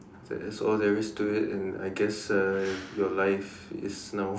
that is all there is to it and I guess uh your life is now